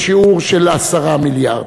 בשיעור 10 מיליארד.